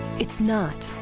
it's not